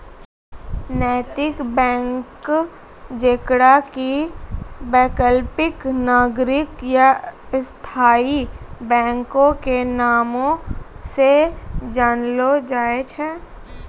नैतिक बैंक जेकरा कि वैकल्पिक, नागरिक या स्थायी बैंको के नामो से जानलो जाय छै